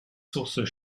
sources